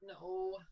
No